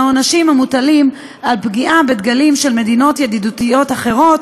העונשים המוטלים על פגיעה בדגליהן של מדינות ידידותיות אחרות,